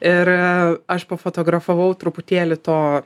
ir aš pafotografavau truputėlį to